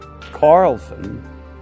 Carlson